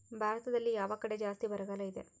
ಭಾರತದಲ್ಲಿ ಯಾವ ಕಡೆ ಜಾಸ್ತಿ ಬರಗಾಲ ಇದೆ?